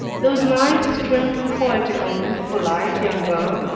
those nice, trim, poetical, and polite young beaux,